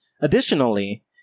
Additionally